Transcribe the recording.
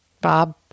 Bob